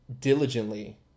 diligently